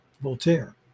Voltaire